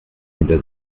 hinter